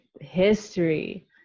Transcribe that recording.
history